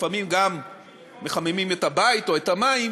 לפעמים גם מחממים את הבית או את המים,